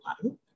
one